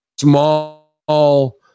small